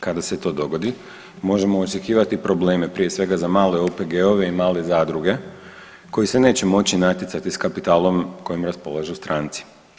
Kada se to dogodi možemo očekivati probleme, prije svega za male OPG-ove i male zadruge koji se neće moći natjecati s kapitalom kojim raspolažu stranci.